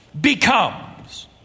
becomes